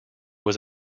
was